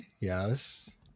Yes